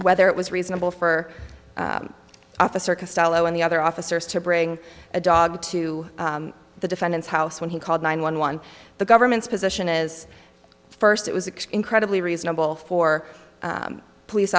whether it was reasonable for officer castello and the other officers to bring a dog to the defendant's house when he called nine one one the government's position is first it was an incredibly reasonable for police